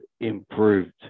improved